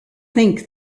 think